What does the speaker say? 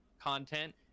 content